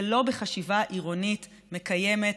ולא בחשיבה עירונית מקיימת,